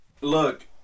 Look